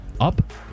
Up